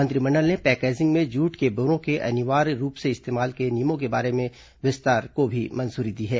मंत्रिमंडल ने पैकेजिंग में जूट के बोरों के अनिवार्य रूप से इस्तेमाल के नियमों के विस्तार को भी मंजूरी दी है